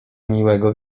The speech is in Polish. miłego